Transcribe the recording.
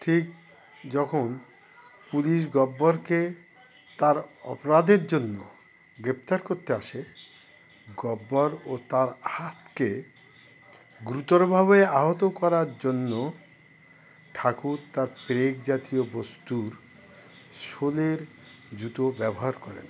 ঠিক যখন পুলিশ গব্বরকে তার অপরাধের জন্য গ্রেপ্তার করতে আসে গব্বর ও তার হাতকে গুরুতরভাবে আহত করার জন্য ঠাকুর তার পেরেক জাতীয় বস্তুর সোলের জুতো ব্যবহার করেন